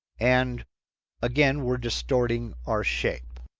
and again we're distorting our shape.